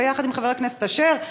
יחד עם חבר הכנסת אשר,